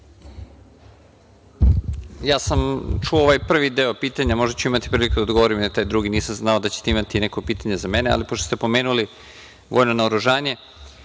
Ja sam čuo ovaj prvi deo pitanja, možda ću imati priliku da odgovorim i na taj drugi, nisam znao da ćete imati neko pitanje za mene, ali pošto ste pomenuli vojno naoružanje,